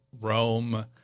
Rome